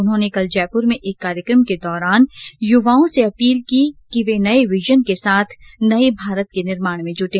उन्होंने कल जयपुर में एक कार्यक्रम के दौरान युवाओं से अपील की कि वे नए विजन के साथ नए भारत के निर्माण में जुटे